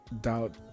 doubt